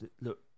look